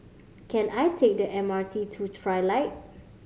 can I take the M R T to Trilight